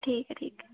ठीक ऐ ठीक ऐ